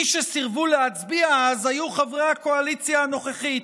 מי שסירבו להצביע אז היו חברי הקואליציה הנוכחית.